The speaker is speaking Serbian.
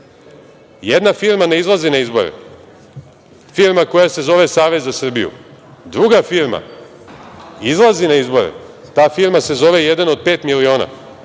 Jedna firma ne izlazi na izbore, firma koja se zove Savez za Srbiju. Druga firma izlazi na izbore, ta firma se zove „Jedan od pet miliona“.